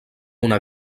una